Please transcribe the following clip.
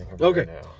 okay